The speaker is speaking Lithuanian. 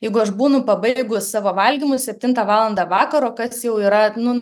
jeigu aš būnu pabaigus savo valgymus septintą valandą vakaro kas jau yra nu